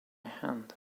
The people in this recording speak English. hand